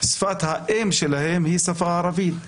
שפת האם שלהם היא השפה הערבית.